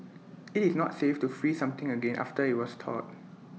IT is not safe to freeze something again after IT has thawed